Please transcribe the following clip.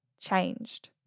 Changed